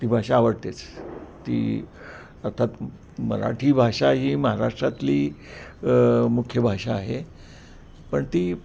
ती भाषा आवडतेच ती अर्थात मराठी भाषा ही महाराष्ट्रातली मुख्य भाषा आहे पण ती